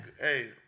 Hey